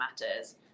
matters